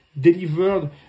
delivered